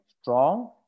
strong